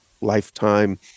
lifetime